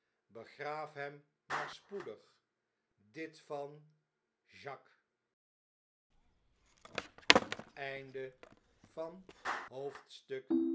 begraaft hem maae spoedig dit van jacques